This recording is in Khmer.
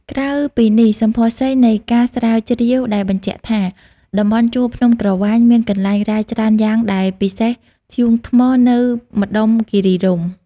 ក្រៅពីនេះ សម្ផស្សីនៃការ ស្រាវជ្រាវវែបញ្ជាក់ថា តំបន់ជួរភ្នំក្រវាញមានកន្លែងរ៉ែច្រើនយ៉ាងដែរ ពិសេស ធ្យូងថ្មនៅម្តុំគិរីរម្យ ។